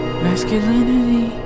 Masculinity